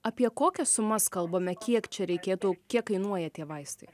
apie kokias sumas kalbame kiek čia reikėtų kiek kainuoja tie vaistai